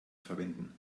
verwenden